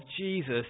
Jesus